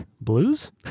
Blues